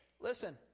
listen